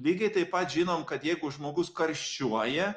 lygiai taip pat žinom kad jeigu žmogus karščiuoja